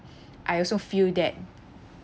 I also feel that